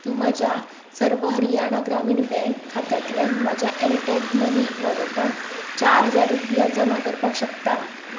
तूं म्हज्या सर्व हरियाणा ग्रामीण बँक खात्यांतल्यान म्हज्या एरटेल मनी वॉलेटांत चार हजार रुपया जमा करपाक शकता